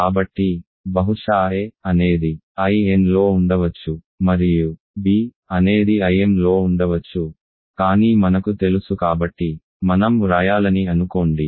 కాబట్టి బహుశా a అనేది Inలో ఉండవచ్చు మరియు bఅనేది Imలో ఉండవచ్చు కానీ మనకు తెలుసు కాబట్టి మనం వ్రాయాలని అనుకోండి